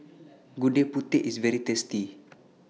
Gudeg Putih IS very tasty